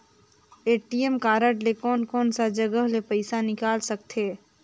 ATM card ले कोन कोन सा जगह ले पइसा निकाल सकथे?